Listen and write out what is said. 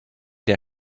der